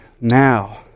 now